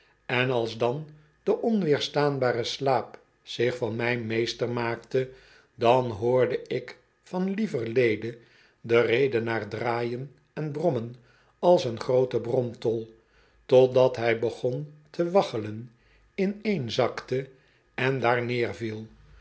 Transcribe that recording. en als dan de onweerstaanbare slaap zich van mij meester maakte dan hoorde ik van lieverlede den redenaar draaien en brommen als een groote bromtol totdat hij begon to waggelen ineenzakte en daar neerviel